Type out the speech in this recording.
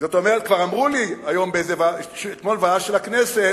זאת אומרת, כבר אמרו לי אתמול בוועדה של הכנסת